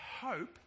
hope